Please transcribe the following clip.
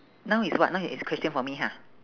now is what now is question for me ha